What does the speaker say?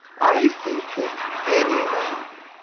i think that any man,